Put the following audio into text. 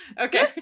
Okay